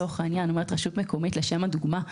לשם הדוגמה,